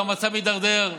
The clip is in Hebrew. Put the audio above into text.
והמצב מידרדר,